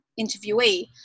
interviewee